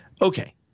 Okay